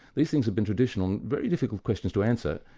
these things have been traditional and very difficult questions to answer,